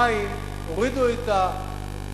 המים הורידו את הקנים,